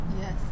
Yes